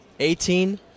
Eighteen